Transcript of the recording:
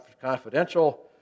confidential